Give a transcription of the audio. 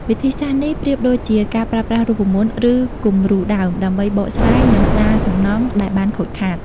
វិធីសាស្ត្រនេះប្រៀបដូចជាការប្រើប្រាស់រូបមន្ត ឬគំរូដើម ដើម្បីបកស្រាយ និងស្ដារសំណង់ដែលបានខូចខាត។